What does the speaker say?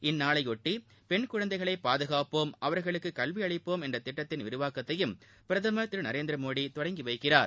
இந்நாளையொட்டி பெண் குழந்தைகளை பாதுகாப்போம் அவர்களுக்கு கல்வியளிப்போம் என்ற திட்டத்தின் விரிவாக்கத்தையும் பிரதமர் திரு நரேந்திர மோடி தொடங்கி வைக்கிறார்